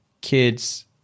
kids